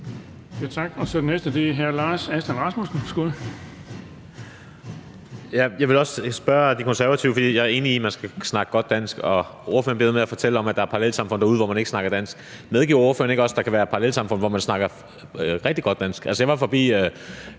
Jeg vil også spørge De Konservative om noget. Jeg er enig i, at man skal kunne snakke godt dansk, og ordføreren bliver ved med at fortælle om, at der er parallelsamfund derude, hvor man ikke snakker dansk. Medgiver ordføreren ikke også, at der kan være parallelsamfund, hvor man snakker rigtig godt dansk?